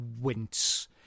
wince